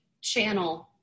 channel